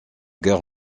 guerre